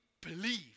believe